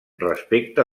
respecte